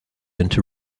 into